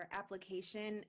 application